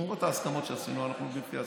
יש פה את ההסכמות שעשינו, אנחנו לפי ההסכמות.